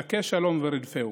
בקש שלום ורדפהו".